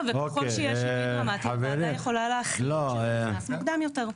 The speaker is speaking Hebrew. ואם יש שינוי דרמטי הוועדה יכולה להחליט שזה ייכנס מוקדם יותר.